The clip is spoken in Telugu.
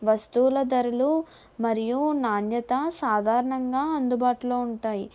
వస్తువుల ధరలు మరియు నాణ్యత సాధారణంగా అందుబాటులో ఉంటాయి